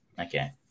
Okay